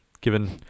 given